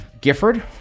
Gifford